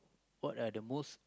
what are the most